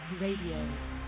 RADIO